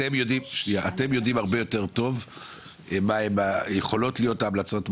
אתם יודעים הרבה יותר טוב מה יכולות להיות ההמלצות.